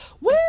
Woo